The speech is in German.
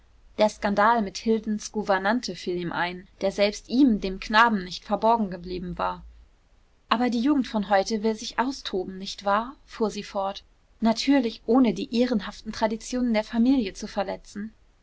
der skandal mit hildens gouvernante fiel ihm ein der selbst ihm dem knaben nicht verborgen geblieben war aber die jugend von heute will austoben nicht wahr fuhr sie fort natürlich ohne die ehrenhaften traditionen der familie zu verletzen